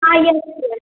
हाँ यह